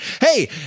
Hey